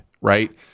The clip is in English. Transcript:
right